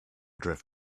drift